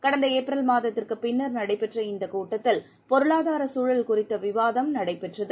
கடந்த ஏப்ரல் மாதத்திற்கு பின்னர் நடைபெற்ற இந்தக் கூட்டத்தில் பொருளாதார சூழல் குறித்த விவாதம் நடைபெற்றது